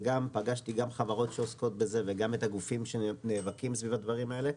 וגם פגשתי חברות שעוסקות בזה וגם את הגופים שנאבקים סביב הדברים האלה,